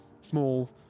small